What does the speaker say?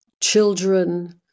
children